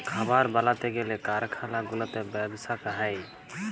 খাবার বালাতে গ্যালে কারখালা গুলাতে ব্যবসা হ্যয়